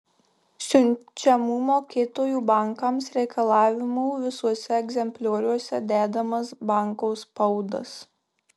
siunčiamų mokėtojų bankams reikalavimų visuose egzemplioriuose dedamas banko spaudas